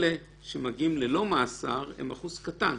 אלה ללא מאסר הם אחוז קטן.